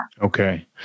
okay